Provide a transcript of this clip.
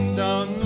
down